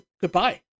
Goodbye